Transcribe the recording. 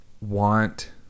want